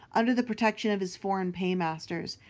under the protection of his foreign paymasters,